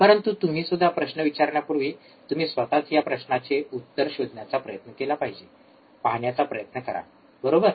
परंतु तुम्हीसुद्धा प्रश्न विचारण्यापूर्वी तुम्ही स्वतःच या प्रश्नाचे उत्तर शोधण्याचा प्रयत्न केला पाहिजे पाहण्याचा प्रयत्न करा बरोबर